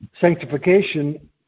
sanctification